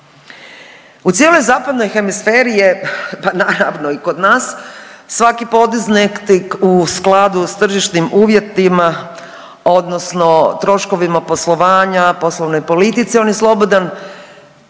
U cijeloj zapadnoj hemisferi je, pa naravno i kod nas svaki potez u skladu sa tržišnim uvjetima, odnosno troškovima poslovanja, poslovnoj politici. On je slobodan